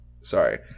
Sorry